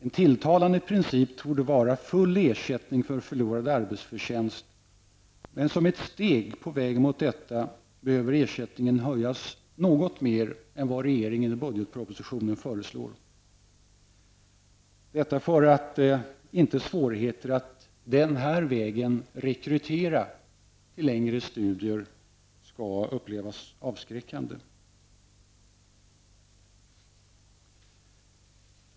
En tilltalande princip torde vara full ersättning för förlorad arbetsförtjänst, men som ett steg på väg mot detta behöver ersättningen höjas något mer än vad regeringen i budgetpropositionen föreslår -- detta för att inte svårigheter att den här vägen rekrytera till längre studier skall upplevas avskräckande.